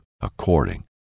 according